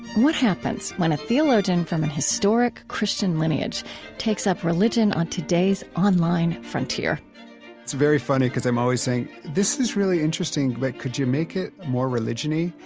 what happens when a theologian from an historic christian lineage takes up religion on today's online frontier it's very funny because i'm always saying, this is really interesting but could you make it more religion-y?